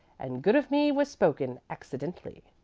and good of me was spoken accident'ly.